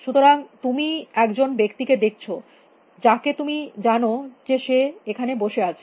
সুতরাং তুমি একজন ব্যক্তি কে দেখছ যাকে তুমি জানো যে সে এখানে বসে আছে